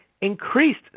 increased